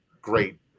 great